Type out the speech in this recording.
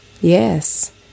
Yes